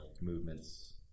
movements